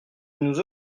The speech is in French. nous